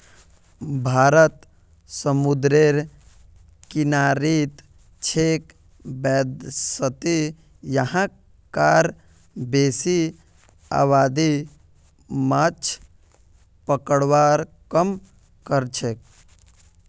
भारत समूंदरेर किनारित छेक वैदसती यहां कार बेसी आबादी माछ पकड़वार काम करछेक